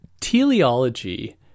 teleology